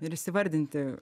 ir įsivardinti